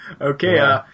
Okay